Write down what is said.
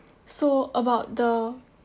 so about the